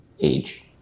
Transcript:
age